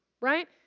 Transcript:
right